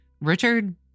Richard